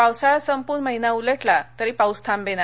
पावसाळा संपून महिना उलटला तरी पाऊस थांबेना